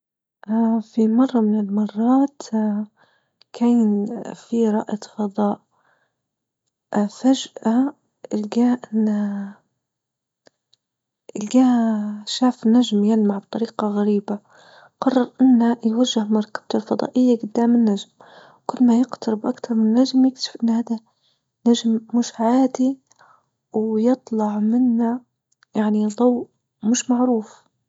اه في مرة من المرات اه كان في رائد فضاء اه فجأة لجى أن لجى شاف نجم يلمع بطريقة غريبة قرر أنه يوجه مركبته فضائية دام النجم كل ما يقترب أكثر من النجم يكتشف أن هذا نجم مش عادي ويطلع منه يعني ضوء مش معروف.